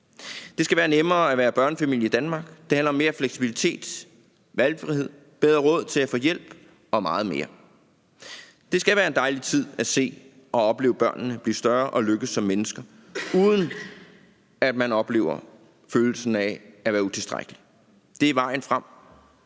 Det skal være nemmere at være børnefamilie i Danmark. Det handler om mere fleksibilitet, valgfrihed, bedre råd til at få hjælp og meget mere. Det skal være en dejlig tid at se og opleve børnene blive større og lykkes som mennesker, uden at man oplever følelsen af at være utilstrækkelig. Det er vejen frem